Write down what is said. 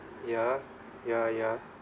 ya ya ya